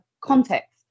context